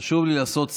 חשוב לי לעשות סדר,